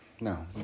No